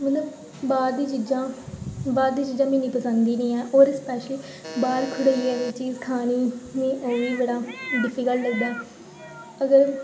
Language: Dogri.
मतलब बाह्र दियां चीज़ां बाह्र दियां चीज़ां मिगी इ'न्नी पसंद गै निं ऐ होर स्पेशली बाह्र खड़ोइयै कोई चीज़ खानी मिगी ओह्बी बड़ा डिफिकल्ट लगदा ऐ अगर